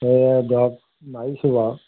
সেয়া ধৰক মাৰিছোঁ বাৰু